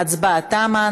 ההצבעה תמה.